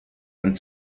and